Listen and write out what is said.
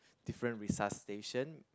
different resuscitation